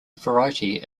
variety